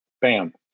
bam